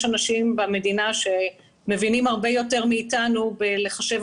יש אנשים במדינה שמבינים הרבה יותר מאתנו בחישוב